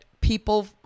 people